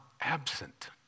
absent